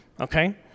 Okay